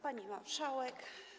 Pani Marszałek!